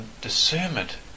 discernment